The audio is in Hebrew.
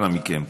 אנא מכם,